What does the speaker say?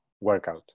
workout